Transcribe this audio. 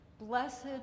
Blessed